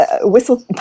whistle